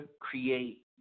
create